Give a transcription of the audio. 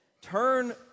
Turn